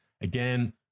Again